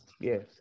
yes